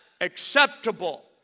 acceptable